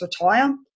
retire